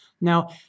Now